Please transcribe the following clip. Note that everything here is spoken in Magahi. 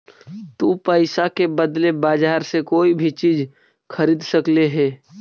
तु पईसा के बदले बजार से कोई भी चीज खरीद सकले हें